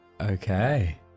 okay